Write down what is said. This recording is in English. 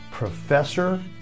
Professor